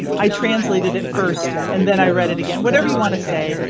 i translated it first and then i read it again. whatever you want to say.